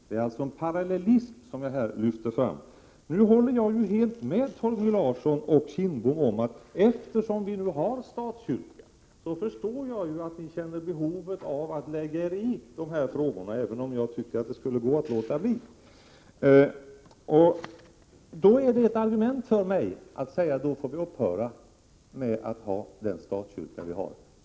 Det är alltså en parallellism som jag här lyfte fram. Nu förstår jag, eftersom vi har en statskyrka, att Torgny Larsson och Bengt Kindbom känner behov av att lägga sig i de här frågorna, även om jag tycker att det borde gå att låta bli. Då är det ett argument för mig att säga att då får vi — Prot. 1987/88:95 upphöra med att ha den statskyrka vi har.